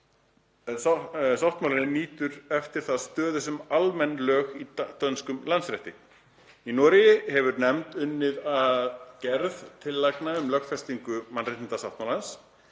sáttmálinn nýtur eftir það stöðu sem almenn lög í dönskum landsrétti. Í Noregi hefur nefnd unnið að gerð tillagna um lögfestingu mannréttindasáttmálans.